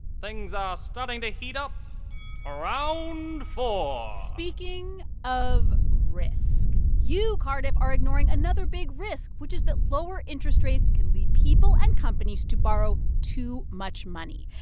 things are starting to heat up ah round four speaking of risk, you, cardiff, are ignoring another big risk, which is that lower interest rates can lead people and companies to borrow too much money.